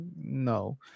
No